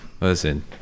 Listen